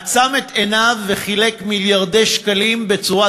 עצם את עיניו וחילק מיליארדי שקלים בצורה